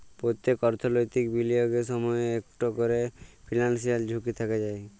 প্যত্তেক অর্থলৈতিক বিলিয়গের সময়ই ইকট ক্যরে ফিলান্সিয়াল ঝুঁকি থ্যাকে যায়